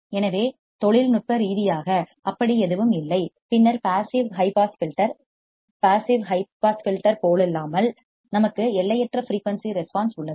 எனவே தொழில்நுட்ப ரீதியாக அப்படி எதுவும் இல்லை பின்னர் passive high pass filter passive high pass filter போலல்லாமல் நமக்கு எல்லையற்ற ஃபிரீயூன்சி ரெஸ்பான்ஸ் உள்ளது